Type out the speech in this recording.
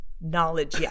knowledge